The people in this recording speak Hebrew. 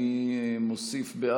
אני מוסיף,